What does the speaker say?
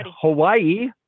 Hawaii